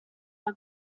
how